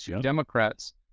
Democrats